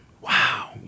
wow